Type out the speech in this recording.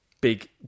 big